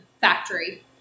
factory